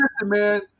man